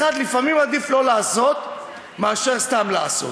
לפעמים עדיף לא לעשות מאשר סתם לעשות.